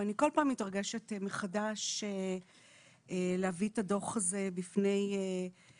ואני כל פעם מתרגשת מחדש להביא את הדוח הזה בפני הכנסת,